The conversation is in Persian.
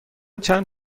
چند